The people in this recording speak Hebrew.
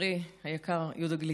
חברי היקר יהודה גליק,